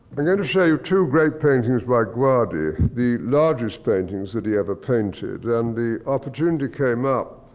i'm going to show you two great paintings by guardi. the largest paintings that he ever painted. and the opportunity came up,